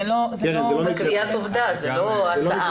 זו קביעת עובדה, זו לא הצעה.